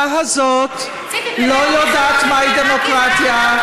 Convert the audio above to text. הממשלה הזאת לא יודעת מהי דמוקרטיה.